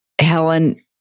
Helen